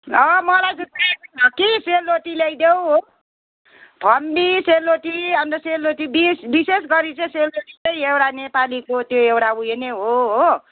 अँ मलाई त चाहिएको छ कि सेलरोटी ल्याइदेऊ हो फम्बी सेलरोटी अन्त सेलरोटी विस विशेष गरी चाहिँ सेलरोटी चाहिँ एउटा नेपालीको त्यो एउटा त्यो उयो नै हो